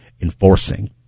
enforcing